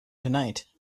tonight